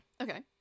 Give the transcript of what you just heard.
Okay